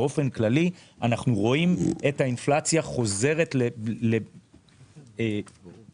באופן כללי אנחנו רואים את האינפלציה חוזרת